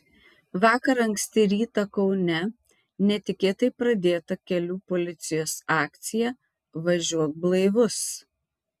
vakar anksti rytą kaune netikėtai pradėta kelių policijos akcija važiuok blaivus